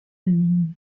énigme